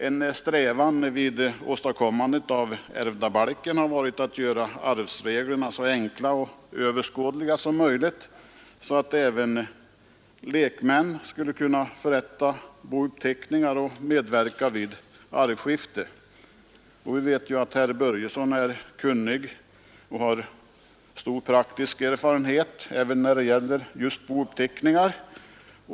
En strävan vid åstadkommandet av ärvdabalken har varit att göra arvsreglerna så enkla och överskådliga som möjligt så att även lekmän skulle kunna förrätta bouppteckning och medverka vid arvskifte. Vi vet att herr Börjesson är kunnig och har stor praktisk erfarenhet även när det gäller bouppteckningar.